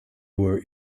were